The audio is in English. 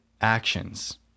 actions